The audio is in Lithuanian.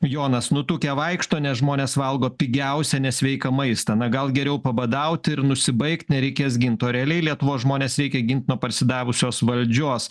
jonas nutukę vaikšto nes žmonės valgo pigiausią nesveiką maistą na gal geriau pabadauti ir nusibaigt nereikės gint o realiai lietuvos žmones reikia gint nuo parsidavusios valdžios